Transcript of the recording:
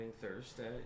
Thursday